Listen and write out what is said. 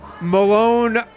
Malone